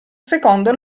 secondo